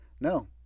No